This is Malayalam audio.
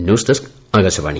news desk Akashvani